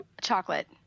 Chocolate